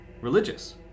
religious